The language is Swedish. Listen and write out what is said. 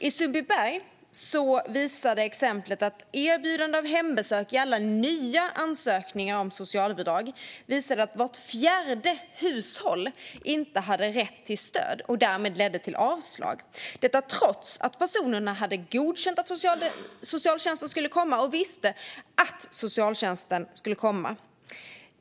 I Sundbyberg visar ett exempel att erbjudande av hembesök vid alla nya ansökningar om socialbidrag ledde till avslag för vart fjärde hushåll då de inte hade rätt till stöd, detta trots att personerna hade godkänt att socialtjänsten skulle komma och visste att den skulle komma.